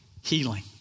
healing